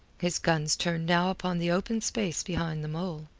his guns turned now upon the open space behind the mole,